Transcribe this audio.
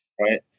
right